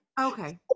Okay